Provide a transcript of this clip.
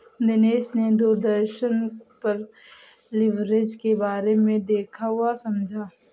दिनेश ने दूरदर्शन पर लिवरेज के बारे में देखा वह समझा